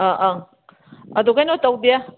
ꯑꯥ ꯑꯪ ꯑꯗꯨ ꯀꯩꯅꯣ ꯇꯧꯗꯦ